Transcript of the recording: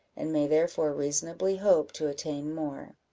and may therefore reasonably hope to attain more.